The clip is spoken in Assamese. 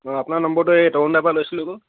অঁ আপোনাৰ নম্বৰটো এই তৰুণ দাৰ পৰা লৈছিলো আকৌ